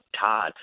Todd